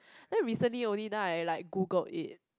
then recently only like I Google it